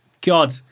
God